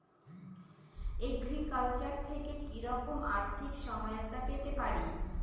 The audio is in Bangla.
এগ্রিকালচার থেকে কি রকম আর্থিক সহায়তা পেতে পারি?